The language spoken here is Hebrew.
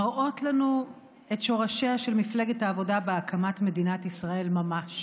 מראות לנו את שורשיה של מפלגת העבודה בהקמת מדינת ישראל ממש,